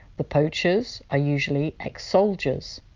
the poachers are usually ex-soldiers.